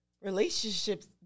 Relationships